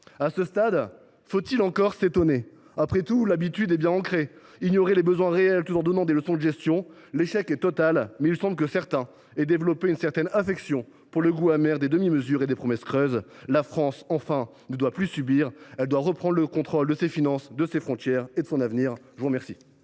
À ce stade, faut il encore s’étonner ? Après tout, l’habitude est bien ancrée. Ignorer les besoins réels tout en donnant des leçons de gestion, l’échec est total ! Mais il semble que certains aient développé une certaine affection pour le goût amer des demi mesures et des promesses creuses. La France, enfin, ne doit plus subir. Elle doit reprendre le contrôle de ses finances, de ses frontières et de son avenir. La parole